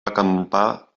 acampar